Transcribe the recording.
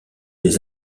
des